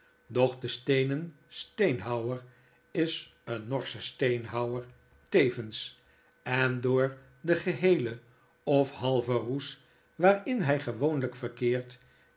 de steenen steenhouwer is eennorsche steenhouwer tevens en door den geheelen of halven roes waarin bjj gewoonljjk verkeert